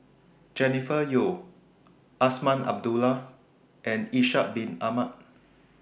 Jennifer Yeo Azman Abdullah and Ishak Bin Ahmad